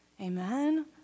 Amen